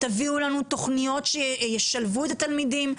תביאו לנו תוכניות שישלבו את התלמידים,